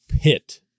pit